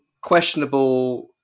Questionable